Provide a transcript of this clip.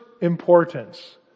importance